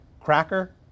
cracker